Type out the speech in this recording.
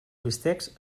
bistecs